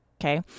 Okay